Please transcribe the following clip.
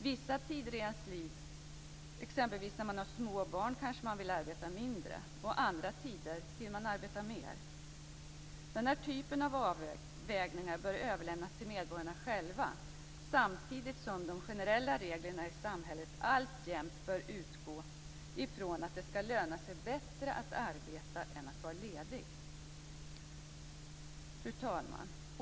Vissa tider i ens liv - exempelvis när man har små barn - kanske man vill arbeta mindre, och andra tider vill man arbeta mer. Den här typen av avvägningar bör överlämnas till medborgarna själva, samtidigt som de generella reglerna i samhället alltjämt bör utgå från att det skall löna sig bättre att arbeta än att vara ledig. Fru talman!